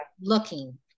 looking